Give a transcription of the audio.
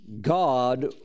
God